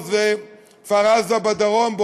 נחל-עוז וכפר-עזה בדרום,